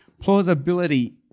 Plausibility